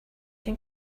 can